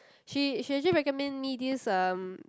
she she just recommend me this um